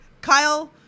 Kyle